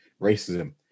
racism